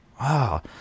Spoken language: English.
Wow